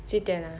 几点 ah